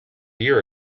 year